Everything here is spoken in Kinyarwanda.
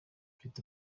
mfite